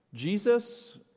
Jesus